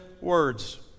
words